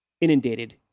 inundated